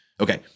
Okay